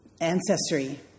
ancestry